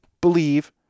believe